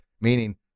Meaning